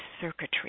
circuitry